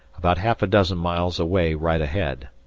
about half a dozen miles away right ahead.